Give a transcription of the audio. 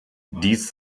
dies